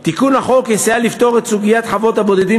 תיקון החוק יסייע לפתור את סוגיית חוות הבודדים